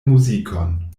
muzikon